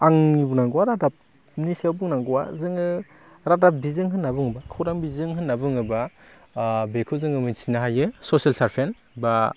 आंनि बुंनांगौवा रादाबनि सायाव बुंनांगौवा जोङो रादाब बिजों होनना बुङोबा खौरां बिजों होनना बुङोबा बेखौ जों मोन्थिनो हायो ससेल सारभेन्ट बा